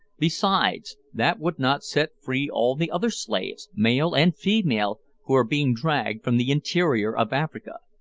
besides, that would not set free all the other slaves, male and female, who are being dragged from the interior of africa.